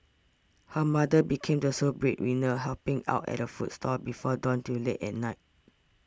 her mother became the sole breadwinner helping out at a food stall before dawn till late at night